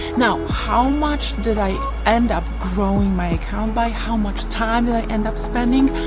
now, how much did i end up growing my account by? how much time did i end up spending?